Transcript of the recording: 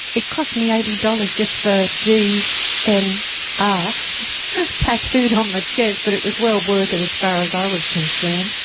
it cost me eighty dollars just for dnr and ah tattooed on my chest but it was well worth it as far as i was concerned.